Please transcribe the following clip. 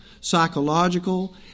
psychological